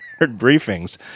briefings